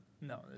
No